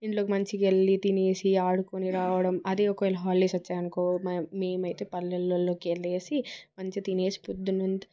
ఇంట్లోకి మంచిగా వీళ్ళు తినేసి ఆడుకొని రావడం అది ఒకవేళ హాలిడేస్ వచ్చాయనుకో మేమైతే పల్లెల్లోకి వెళ్ళేసి మంచిగా తినేసి పొద్దునంత